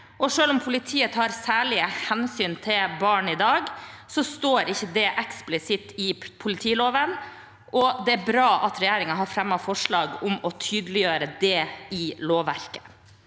og selv om politiet tar særlige hensyn til barn i dag, står ikke det eksplisitt i politiloven, og det er bra at regjeringen har fremmet forslag om å tydeliggjøre det i lovverket.